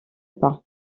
pas